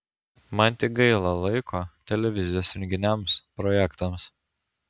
man tik gaila laiko televizijos renginiams projektams